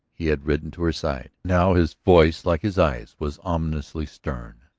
he had ridden to her side. now his voice like his eyes, was ominously stern.